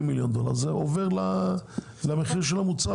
מיליון דולר זה עובר למחיר של המוצר,